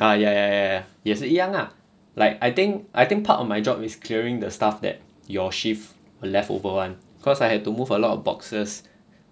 ah ya ya ya 也是一样 lah like I think I think part of my job is clearing the stuff that your shift leftover [one] cause I had to move a lot of boxes